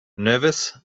nervous